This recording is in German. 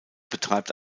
betreibt